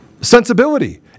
sensibility